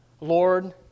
Lord